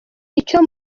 icyo